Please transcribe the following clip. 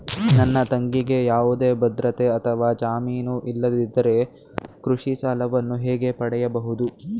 ನನ್ನ ತಂಗಿಗೆ ಯಾವುದೇ ಭದ್ರತೆ ಅಥವಾ ಜಾಮೀನು ಇಲ್ಲದಿದ್ದರೆ ಕೃಷಿ ಸಾಲವನ್ನು ಹೇಗೆ ಪಡೆಯಬಹುದು?